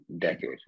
decade